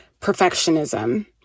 perfectionism